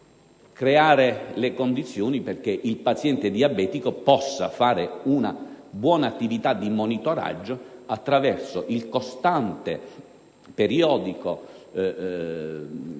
creare le condizioni affinché il paziente diabetico possa svolgere una buona attività di monitoraggio attraverso una costante e periodica misurazione